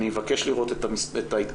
אני מבקש לראות את ההתכתבויות,